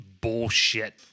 bullshit